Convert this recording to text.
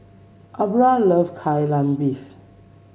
Aubra loves Kai Lan Beef